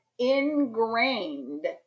ingrained